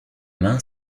main